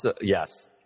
yes